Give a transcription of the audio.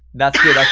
that's good,